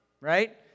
Right